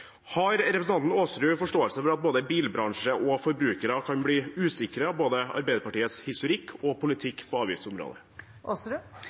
Har representanten Aasrud forståelse for at både bilbransje og forbrukere kan bli usikre av Arbeiderpartiets historikk og